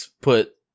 put